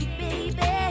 baby